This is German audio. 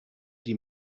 die